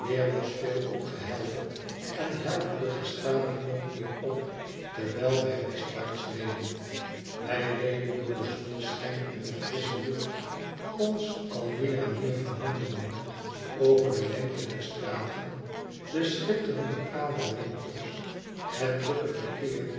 was veel opgehelderd en helderde gestadig nog meer op terwijl wij westwaarts reden wij reden door den zonneschijn en de frissche lucht ons al meer en meer verwonderende over de lengte der straten den schitterenden praal der winkels het drukke verkeer